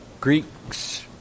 Greeks